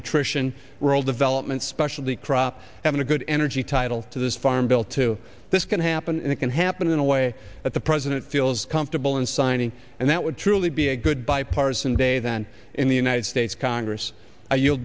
nutrition rural development specialty crop having a good energy title to this farm bill to this can happen it can happen in a way that the president feels comfortable in signing and that would truly be a good bipartisan day then in the united states congress